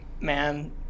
man